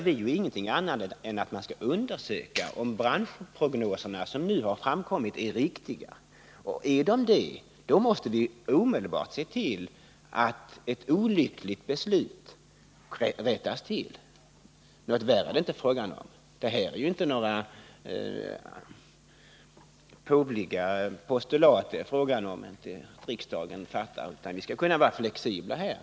Vi begär ingenting annat än att man skall undersöka om de branschprognoser som nu framkommit är riktiga. Är de det måste vi omedelbart se till att ett olyckligt beslut rättas till. Något värre är det inte fråga om. Det gäller juinte något påvligt postulat. Vi måste kunna vara flexibla här.